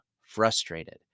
frustrated